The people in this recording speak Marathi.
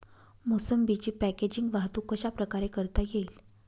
मोसंबीची पॅकेजिंग वाहतूक कशाप्रकारे करता येईल?